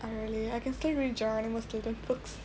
I really I can still read geronimo stilton books